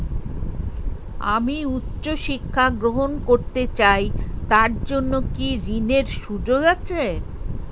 আমি উচ্চ শিক্ষা গ্রহণ করতে চাই তার জন্য কি ঋনের সুযোগ আছে?